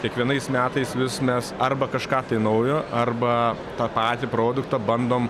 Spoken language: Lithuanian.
kiekvienais metais vis mes arba kažką tai naujo arba tą patį produktą bandom